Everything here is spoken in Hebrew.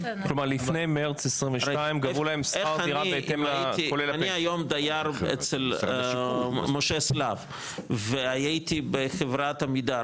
אני היום דייר אצל משה שלו והייתי בחברת עמידר,